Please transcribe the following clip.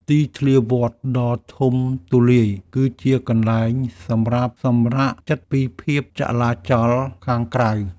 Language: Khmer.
ទីធ្លាវត្តដ៏ធំទូលាយ គឺជាកន្លែងសម្រាប់សម្រាកចិត្តពីភាពចលាចលខាងក្រៅ។